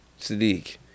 sadiq